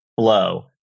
flow